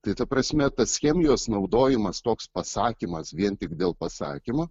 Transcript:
tai ta prasme tas chemijos naudojimas toks pasakymas vien tik dėl pasakymo